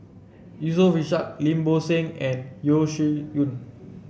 Yusof Ishak Lim Bo Seng and Yeo Shih Yun